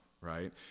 right